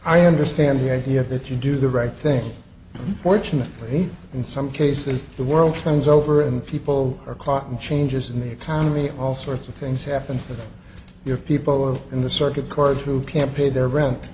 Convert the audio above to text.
i understand the idea that you do the right thing fortunately in some cases the world turns over and people are caught and changes in the economy all sorts of things happen for your people or in the circuit court who can't pay their rent